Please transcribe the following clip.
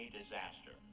disaster